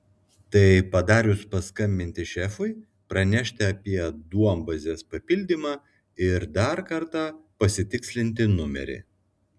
tai padarius paskambinti šefui pranešti apie duombazės papildymą ir dar kartą pasitikslinti numerį